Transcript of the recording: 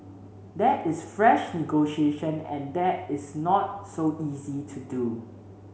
that is fresh negotiation and that is not so easy to do